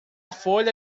folha